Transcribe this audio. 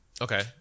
Okay